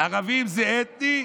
ערבים זה אתני?